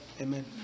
Amen